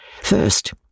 first